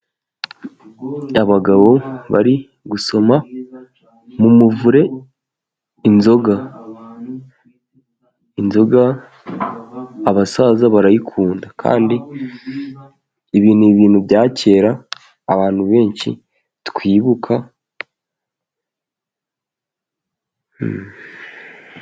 Abagabo bari gusoma mu muvure inzoga. Inzoga abasaza barayikunda. Kandi ibi ni ibintu bya kera abantu benshi twibuka,..